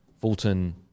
fulton